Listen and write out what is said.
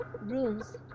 rooms